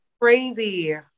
crazy